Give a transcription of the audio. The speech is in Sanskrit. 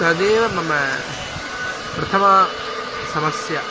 तदेव मम प्रथमा समस्या